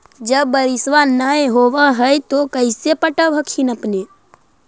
जब बारिसबा नय होब है तो कैसे पटब हखिन अपने?